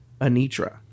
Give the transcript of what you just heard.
Anitra